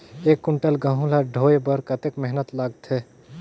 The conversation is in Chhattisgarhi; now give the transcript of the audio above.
एक कुंटल गहूं ला ढोए बर कतेक मेहनत लगथे?